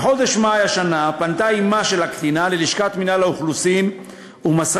בחודש מאי השנה פנתה אימה של הקטינה ללשכת מינהל האוכלוסין ומסרה